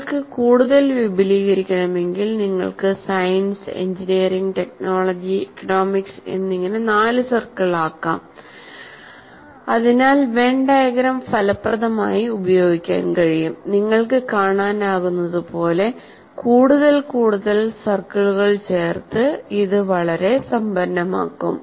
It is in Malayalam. നിങ്ങൾക്ക് കൂടുതൽ വിപുലീകരിക്കണമെങ്കിൽ നിങ്ങൾക്ക് സയൻസ് എഞ്ചിനീയറിംഗ് ടെക്നോളജി ഇക്കണോമിക്സ് എന്നിങ്ങനെ നാല് സർക്കിൾ ആക്കാം അതിനാൽ വെൻ ഡയഗ്രം ഫലപ്രദമായി ഉപയോഗിക്കാൻ കഴിയും നിങ്ങൾക്ക് കാണാനാകുന്നതുപോലെ കൂടുതൽ കൂടുതൽ സർക്കിളുകൾ ചേർത്ത് ഇത് വളരെ സമ്പന്നമാക്കും